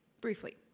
briefly